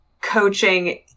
coaching